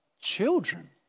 children